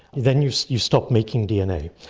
then you you stop making dna.